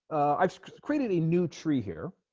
i've created a new tree here